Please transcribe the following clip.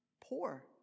poor